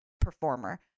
performer